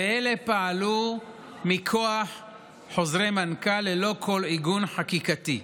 ואלה פעלו מכוח חוזרי מנכ"ל ללא כל עיגון חקיקתי.